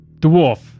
Dwarf